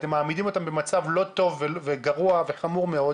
אתם מעמידים אותם במצב לא טוב וגרוע וחמור מאוד.